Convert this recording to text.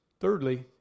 Thirdly